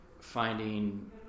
finding